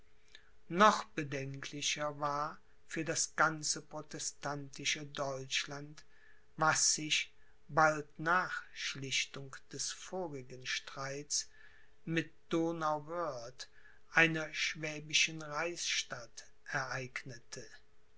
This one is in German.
noch bedenklicher war für das ganze protestantische deutschland was sich bald nach schlichtung des vorigen streits mit donauwörth einer schwäbischen reichsstadt ereignete